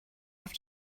have